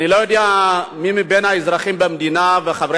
אני לא יודע מי מבין האזרחים במדינה וחברי